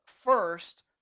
first